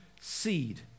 seed